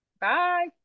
bye